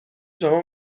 شما